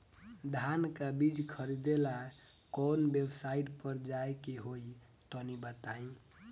धान का बीज खरीदे ला काउन वेबसाइट पर जाए के होई तनि बताई?